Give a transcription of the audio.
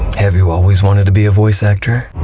have you always wanted to be a voice actor?